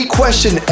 question